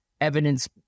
evidence